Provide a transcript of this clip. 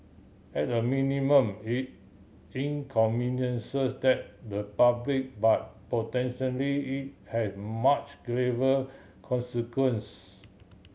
at a minimum it inconveniences that the public but potentially it has much graver consequence